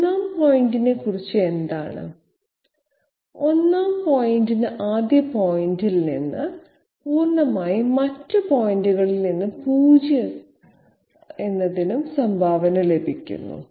1 ാം പോയിന്റിനെക്കുറിച്ച് എന്താണ് ഒന്നാം പോയിന്റിന് ആദ്യ പോയിന്റിൽ നിന്ന് പൂർണ്ണമായും മറ്റ് പോയിന്റുകളിൽ നിന്ന് 0 നും സംഭാവന ലഭിക്കുന്നു